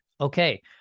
Okay